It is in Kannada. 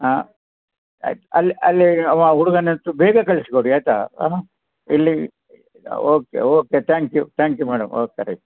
ಆಂ ಆಯ್ತು ಅಲ್ಲ ಅಲ್ಲೆ ಅವ ಹುಡುಗನಷ್ಟು ಬೇಗ ಕಳ್ಸಿ ಕೊಡಿ ಆಯಿತಾ ಆಂ ಇಲ್ಲಿ okay okay thank you thank you madam okay right